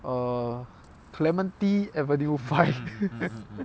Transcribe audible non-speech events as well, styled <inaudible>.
err clement avenue five <laughs>